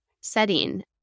setting